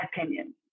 opinion